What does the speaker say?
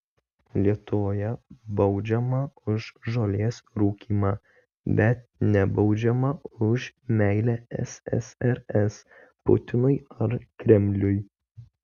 lietuvoje baudžiama už žolės rūkymą bet nebaudžiama už meilę ssrs putinui ar kremliui